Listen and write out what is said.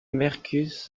mercus